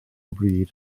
bryd